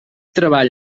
treball